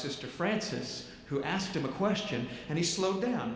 sister francis who asked him a question and he slowed down